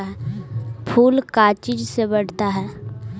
फूल का चीज से बढ़ता है?